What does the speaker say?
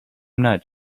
not